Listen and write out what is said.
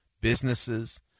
businesses